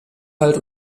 halt